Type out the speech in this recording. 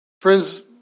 Friends